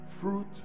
fruit